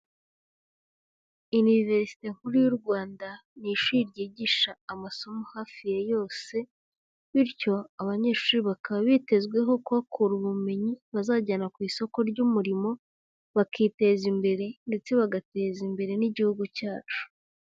Universite nkuru y'u Rwanda ni ishuri ryigisha amasomo hafi ya yose, bityo abanyeshuri bakaba bitezweho kuhakura ubumenyi bazajyana ku isoko ry'umurimo, bakiteza imbere ndetse bagateza imbere n'igihugu cyacu.